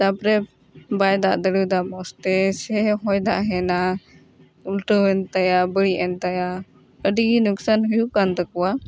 ᱛᱟᱯᱚᱨᱮ ᱵᱟᱭ ᱫᱟᱜ ᱫᱟᱲᱮᱣᱟᱫᱟ ᱢᱚᱡᱽ ᱛᱮ ᱥᱮ ᱦᱚᱭ ᱫᱟᱜ ᱦᱮᱡᱽ ᱮᱱᱟ ᱩᱞᱴᱟᱹᱣ ᱮᱱᱛᱟᱭᱟ ᱵᱟᱹᱲᱤᱡ ᱮᱱᱛᱟᱭᱟ ᱟᱹᱰᱤ ᱞᱚᱠᱥᱟᱱ ᱦᱩᱭᱩᱜ ᱠᱟᱱ ᱛᱟᱠᱚᱣᱟ